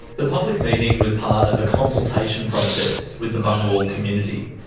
the public meeting was part of a consultation process with the bungwahl community.